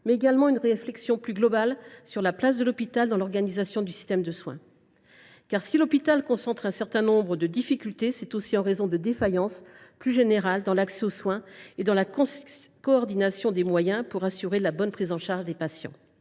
mais également une réflexion plus globale sur la place de l’hôpital dans l’organisation du système de soins. En effet, si l’hôpital concentre un certain nombre de difficultés, c’est aussi en raison de défaillances plus générales dans l’accès aux soins et dans la coordination des moyens pour assurer la bonne prise en charge des patients.